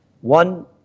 One